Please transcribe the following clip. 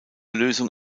lösung